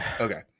Okay